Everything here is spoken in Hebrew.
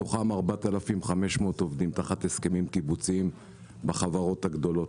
מתוכם כ-4,500 עובדים תחת הסכמים קיבוציים בחברות הגדולות.